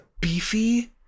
Beefy